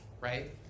right